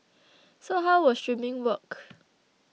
so how will streaming work